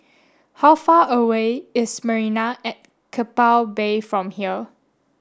how far away is Marina at Keppel Bay from here